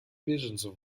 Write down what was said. беженцев